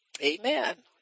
Amen